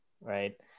right